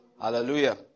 Hallelujah